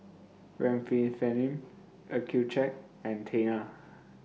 Remifemin Accucheck and Tena